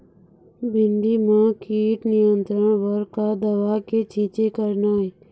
भिंडी म कीट नियंत्रण बर का दवा के छींचे करना ये?